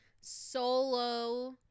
Solo